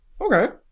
okay